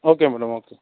okay madam okay